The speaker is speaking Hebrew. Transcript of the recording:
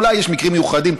אולי יש מקרים מיוחדים,